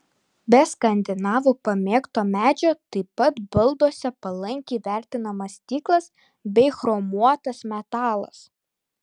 be skandinavų pamėgto medžio taip pat balduose palankiai vertinamas stiklas bei chromuotas metalas